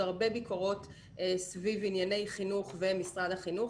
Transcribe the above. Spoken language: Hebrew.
הרבה ביקורות סביב ענייני חינוך ומשרד החינוך.